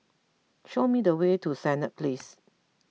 show me the way to Senett Place